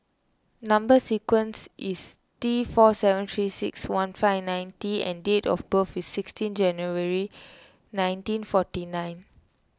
Number Sequence is T four seven three six one five nine T and date of birth is sixteen January nineteen forty nine